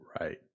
Right